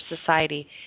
society